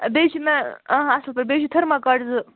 بیٚیہِ چھِ مےٚ اَصٕل پٲٹھۍ بیٚیہِ چھُ تھٔرماکاٹ زٕ